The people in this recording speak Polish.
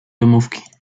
wymówki